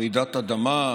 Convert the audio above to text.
רעידת אדמה,